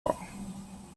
law